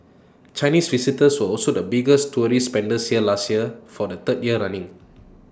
Chinese visitors were also the biggest tourist spenders here last year for the third year running